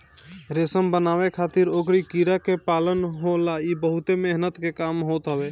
रेशम बनावे खातिर ओकरी कीड़ा के पालन होला इ बहुते मेहनत के काम होत हवे